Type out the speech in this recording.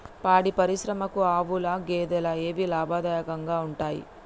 పాడి పరిశ్రమకు ఆవుల, గేదెల ఏవి లాభదాయకంగా ఉంటయ్?